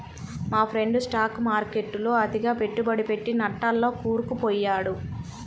మా friend stock మార్కెట్టులో అతిగా పెట్టుబడి పెట్టి నట్టాల్లో కూరుకుపొయ్యాడు